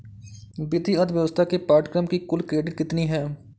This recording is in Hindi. वित्तीय अर्थशास्त्र के पाठ्यक्रम की कुल क्रेडिट कितनी है?